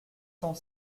cent